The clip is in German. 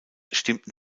stimmten